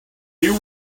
you